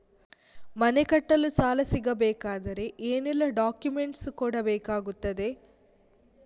ಮನೆ ಕಟ್ಟಲು ಸಾಲ ಸಿಗಬೇಕಾದರೆ ಏನೆಲ್ಲಾ ಡಾಕ್ಯುಮೆಂಟ್ಸ್ ಕೊಡಬೇಕಾಗುತ್ತದೆ?